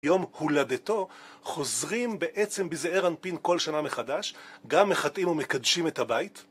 יום הולדתו, חוזרים בעצם בזהר ענפין כל שנה מחדש, גם מחטאים ומקדשים את הבית.